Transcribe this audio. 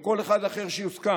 או כל אחד אחר שיוסכם,